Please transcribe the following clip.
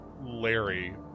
Larry